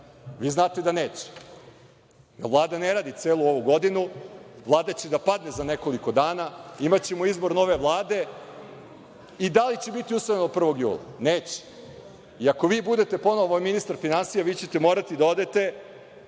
Vi znate da neće. Vlada ne radi celu ovu godinu. Vlada će da padne za nekoliko dana. Imaćemo izbor nove Vlade. Da li će biti usvojeno 1. jula? Neće. I ako vi budete ponovo ministar finansija, vi ćete morati da odete